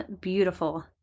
beautiful